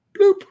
Bloop